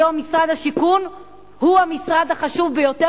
היום משרד השיכון הוא המשרד החשוב ביותר